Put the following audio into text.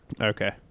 Okay